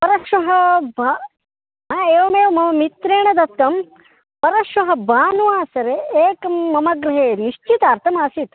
परश्वः वा हा एवमेव मम मित्रेण दत्तं परश्वः भानुवासरे एकं मम गृहे निश्चितार्थमासीत्